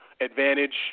advantage